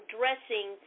dressing